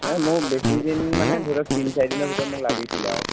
এই মান মোক বেছিদিন মানে ধৰি লওক তিনি চাৰিদিনৰ ভিতৰত মোক লাগিছিলে আৰু